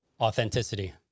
Authenticity